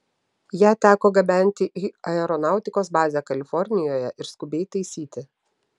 ją teko gabenti į aeronautikos bazę kalifornijoje ir skubiai taisyti